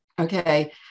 Okay